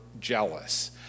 jealous